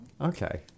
Okay